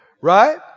Right